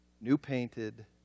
new-painted